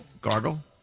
Gargle